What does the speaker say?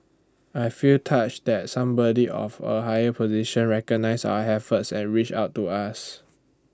I feel touched that somebody of A higher position recognised our efforts and reached out to us